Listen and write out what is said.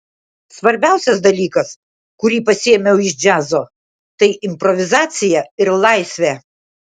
svarbiausias dalykas kurį pasiėmiau iš džiazo tai improvizacija ir laisvė